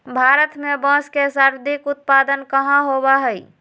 भारत में बांस के सर्वाधिक उत्पादन कहाँ होबा हई?